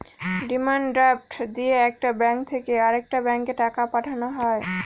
demand draft দিয়ে একটা bank থেকে আরেকটা ব্যাঙ্কে টাকা পাঠানো হয়